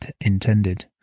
intended